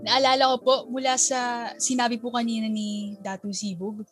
Naalala ko po, mula sa- sinabi po kanina ni Datu Sibug,